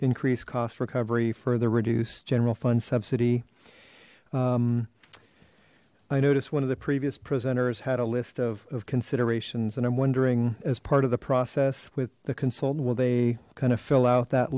increased cost recovery further reduce general fund subsidy i noticed one of the previous presenters had a list of considerations and i'm wondering as part of the process with the consultant will they kind of fill out that